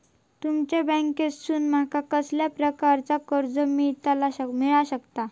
तुमच्या बँकेसून माका कसल्या प्रकारचा कर्ज मिला शकता?